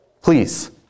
please